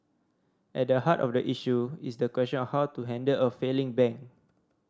at the heart of the issue is the question of how to handle a failing bank